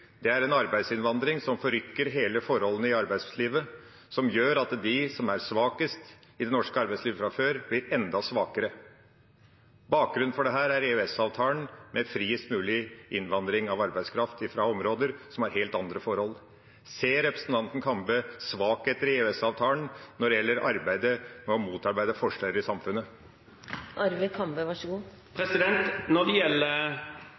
er en arbeidsinnvandring som forrykker forholdene i arbeidslivet, og som gjør at de som er svakest i det norske arbeidslivet fra før, blir enda svakere. Bakgrunnen for dette er EØS-avtalen med friest mulig innvandring av arbeidskraft fra områder som har helt andre forhold. Ser representanten Kambe svakheter i EØS-avtalen når det gjelder arbeidet med å motarbeide forskjeller i samfunnet?